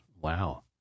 wow